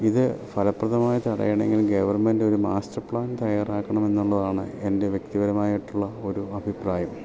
ഇത് ഫലപ്രദമായി തടയണം എങ്കിൽ ഗെവർമെൻറ്റൊര് മാസ്റ്റർ പ്ലാൻ തയ്യാറാക്കണം എന്നുള്ളതാണ് എൻ്റെ വ്യക്തിപരമായിട്ടുള്ള ഒരു അഭിപ്രായം